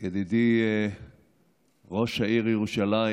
ידידי ראש העיר ירושלים,